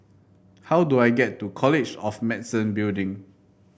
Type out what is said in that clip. how do I get to College of Medicine Building